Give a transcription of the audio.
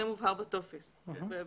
זה מובהק בתוך הטופס.